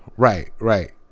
right. right.